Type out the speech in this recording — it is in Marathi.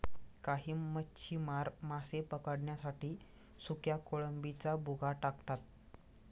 काही मच्छीमार मासे पकडण्यासाठी सुक्या कोळंबीचा भुगा टाकतात